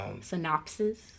synopsis